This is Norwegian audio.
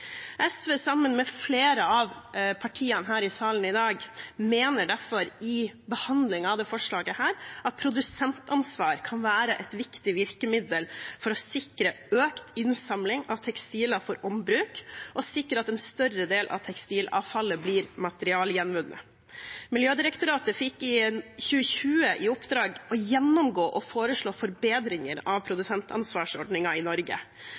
SV, sammen med flere av partiene her i salen i dag, mener derfor i behandlingen av dette forslaget at produsentansvar kan være et viktig virkemiddel for å sikre økt innsamling av tekstiler for ombruk og sikre at en større del av tekstilavfallet blir materialgjenvunnet. Miljødirektoratet fikk i 2020 i oppdrag å gjennomgå og foreslå forbedringer av produsentansvarsordningen i Norge.